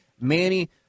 Manny